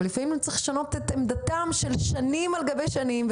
אבל לפעמים צריך לשנות עמדה ותפיסות של שנים על גבי שנים,